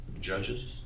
Judges